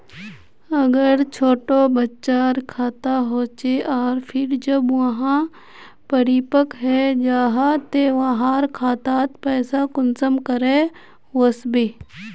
अगर छोटो बच्चार खाता होचे आर फिर जब वहाँ परिपक है जहा ते वहार खातात पैसा कुंसम करे वस्बे?